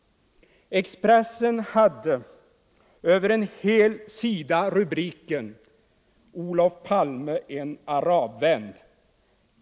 Expressen hade över en hel sida rubriken: ”Olof Palme en arabvän.